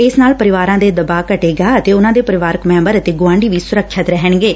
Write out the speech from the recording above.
ਇਸ ਨਾਲ ਪਰਿਵਾਰਾਂ ਤੇ ਦਬਾਅ ਘੱਟੇਗਾ ਅਤੇ ਉਨਾਂ ਦੇ ਪਰਿਵਾਰ ਮੈਬਰ ਅਤੇ ਗੁਆਂਢੀ ਵੀ ਸੁਰੱਖਿਅਤ ਰਹਿਣਗੇ